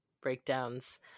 breakdowns